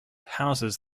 houses